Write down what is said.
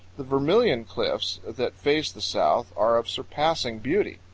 the vermilion cliffs that face the south are of surpassing beauty.